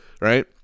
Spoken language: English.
right